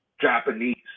Japanese